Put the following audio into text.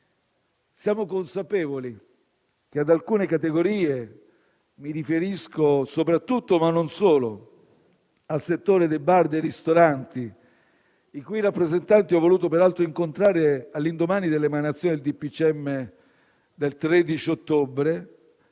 Siamo consapevoli che ad alcune categorie - mi riferisco soprattutto, ma non solo, al settore dei bar e dei ristoranti, i cui rappresentanti ho voluto, peraltro, incontrare all'indomani dell'emanazione del decreto del